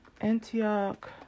Antioch